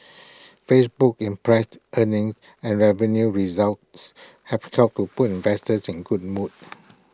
Facebook's impress earnings and revenue results have helped to put investors in good mood